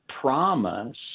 promise